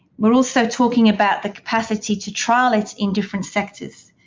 we're also talking about the capacity to trial it in different sectors,